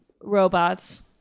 robots